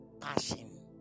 Passion